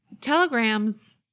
Telegrams